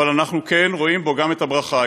אבל אנחנו כן רואים בו גם את הברכה.